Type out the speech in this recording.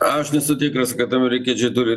aš nesu tikras kad amerikiečiai turi